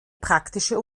praktische